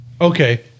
Okay